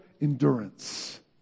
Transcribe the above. endurance